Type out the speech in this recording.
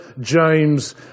James